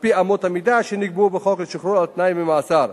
על-פי אמות המידה שנקבעו בחוק שחרור על-תנאי ממאסר,